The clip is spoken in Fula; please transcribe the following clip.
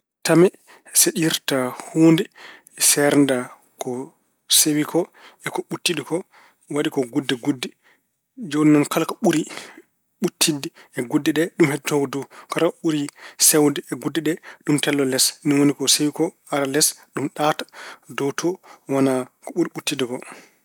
Tame seɗirta huunde, seerda ko sewi ko e ɓuɗtini ko, waɗi ko gudde gudde. Jooni noon kala ko ɓuri ɓuttidde e gude ɗe, ɗum heddoto ko dow. Kala ko ɓuri sewde e gude ɗe, ɗum tello les. No woni ko sewi ko ara les, ɗum ɗaata, dow to wona ko ɓuri ɓuttidde ko.